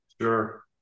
Sure